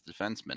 defenseman